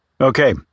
Okay